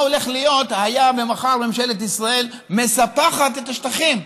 הולך להיות אם מחר ממשלת ישראל מספחת את השטחים.